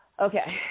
Okay